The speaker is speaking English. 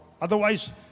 otherwise